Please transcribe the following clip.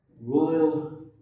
royal